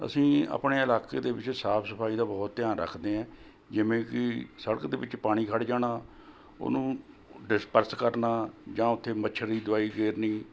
ਅਸੀਂ ਆਪਣੇ ਇਲਾਕੇ ਦੇ ਵਿੱਚ ਸਾਫ਼ ਸਫ਼ਾਈ ਦਾ ਬਹੁਤ ਧਿਆਨ ਰੱਖਦੇ ਐਂ ਜਿਵੇਂ ਕਿ ਸੜਕ ਦੇ ਵਿੱਚ ਪਾਣੀ ਖੜ੍ਹ ਜਾਣਾ ਉਹਨੂੰ ਡਿਸਪਰਸ ਕਰਨਾ ਜਾਂ ਉੱਥੇ ਮੱਛਰ ਦੀ ਦਵਾਈ ਗੇਰਣੀ